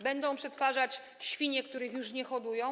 Będą przetwarzać świnie, których już nie hodują?